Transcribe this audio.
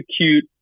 execute